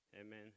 Amen